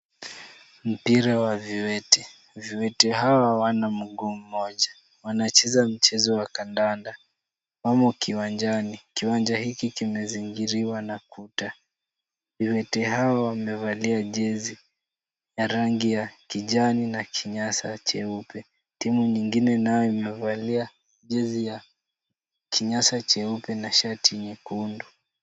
Mpira wa viwete. Viwete hawa hawana mguu moja. Wanacheza mchezo wa kandanda. Wamo kiwanjani. Kiwanja hiki kimezingiriwa na ukuta. Viwete hawa wamevalia jezi ya rangi ya kijani na kinyasa cheupe. Timu nyingine nayo imevalia jezi ya kinyasa cheupe na shati nyekundu.